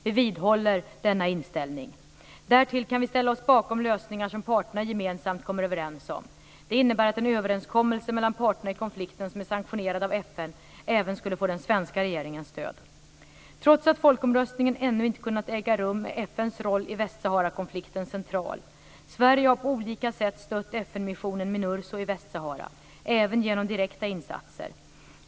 Vi vidhåller denna inställning. Därtill kan vi ställa oss bakom lösningar som parterna gemensamt kommer överens om. Det innebär att en överenskommelse mellan parterna i konflikten som är sanktionerad av FN även skulle få den svenska regeringens stöd. Trots att folkomröstningen ännu inte kunnat äga rum är FN:s roll i Västsaharakonflikten central. Sverige har på olika sätt stött FN-missionen Minurso i Västsahara - även genom direkta insatser.